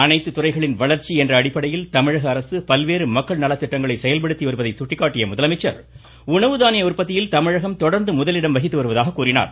அனைத்து துறைகளின் வளர்ச்சி என்ற அடிப்படையில் தமிழக அரசு பல்வேறு மக்கள் நலத்திட்டங்களை செயல்படுத்தி வருவதை சுட்டிக்காட்டிய முதலமைச்சர் உணவு தானிய உற்பத்தியில் தமிழகம் தொடர்ந்து முதலிடம் வகித்து வருவதாக கூறினார்